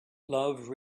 love